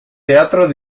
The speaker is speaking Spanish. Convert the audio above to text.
teatro